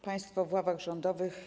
Państwo w ławach rządowych!